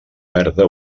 verda